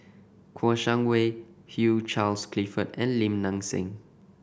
Kouo Shang Wei Hugh Charles Clifford and Lim Nang Seng